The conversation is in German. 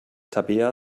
tabea